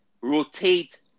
rotate